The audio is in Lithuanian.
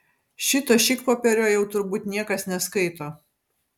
šito šikpopierio jau turbūt niekas neskaito